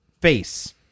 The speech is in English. face